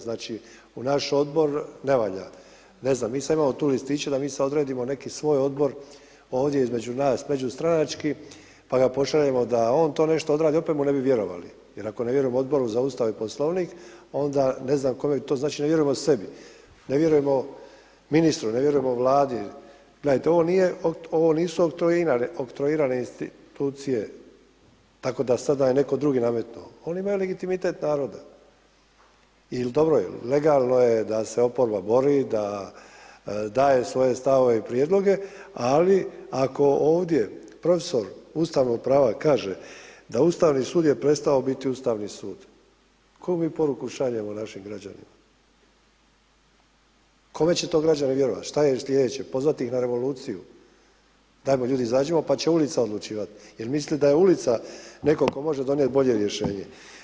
Znači, u naš Odbor ne valja, ne znam, nisam imao tu listiće da mi sad odredimo neki svoj Odbor ovdje između nas, međustranački, pa ga pošaljemo da on to nešto odradi, opet mu ne bi vjerovali, jer ako ne vjerujemo Odboru za Ustav i Poslovnik, onda ne znam kome bi to, znači, ne vjerujemo sebi, ne vjerujemo ministru, ne vjerujemo Vladi, gledajte, ovo nije, ovo nisu oktroirane institucije, tako da sada je netko drugi nametnuo, oni imaju legitimitet naroda il dobro je, legalno je da se oporba bori, da daje svoje stavove i prijedloge, ali ako ovdje profesor ustavnog prava kaže da Ustavni sud je prestao biti Ustavni sud, koju mi poruku šaljemo našim građanima, kome će to građani vjerovati, šta je slijedeće, pozvat ih na revoluciju, dajmo ljudi izađimo, pa će ulica odlučivat, jer misli da je ulica netko tko može donijeti bolje rješenje.